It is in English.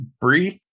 brief